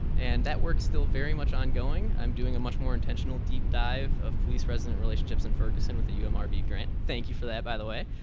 and that work's still very much ongoing. i'm doing a much more intentional deep dive of police-resident relationships in ferguson with the umib grant. thank you for that by the way.